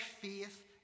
faith